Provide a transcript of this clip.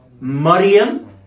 Maryam